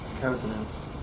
countenance